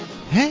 Hey